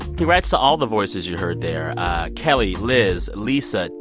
congrats to all the voices you heard there kelly, liz, lisa,